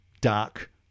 dark